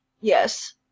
Yes